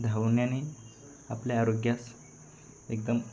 धावण्याने आपल्या आरोग्यास एकदम